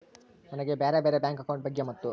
ನನಗೆ ಬ್ಯಾರೆ ಬ್ಯಾರೆ ಬ್ಯಾಂಕ್ ಅಕೌಂಟ್ ಬಗ್ಗೆ ಮತ್ತು?